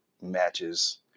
matches